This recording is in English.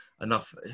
enough